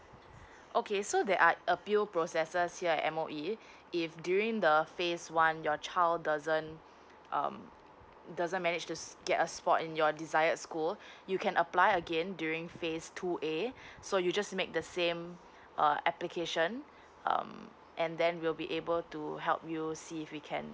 okay so there are appeal processes here at M_O_E if during the phase one your child doesn't um doesn't manage to get a spot in your desired school you can apply again during phase two A so you just make the same uh application um and then we'll be able to help you see if we can